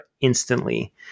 instantly